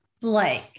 Blake